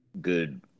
Good